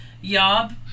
Yob